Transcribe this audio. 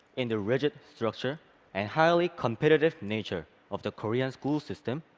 in the rigid structure and highly competitive nature of the korean school system,